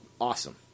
Awesome